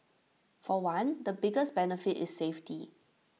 for one the biggest benefit is safety